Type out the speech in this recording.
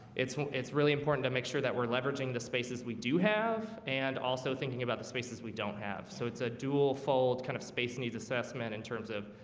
it's it's really important to make sure that we're leveraging the spaces. we do have and also thinking about the spaces we don't have so it's a dual fold kind of space needs assessment in terms of